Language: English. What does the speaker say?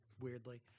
weirdly